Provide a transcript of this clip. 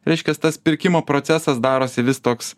reiškias tas pirkimo procesas darosi vis toks